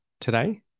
today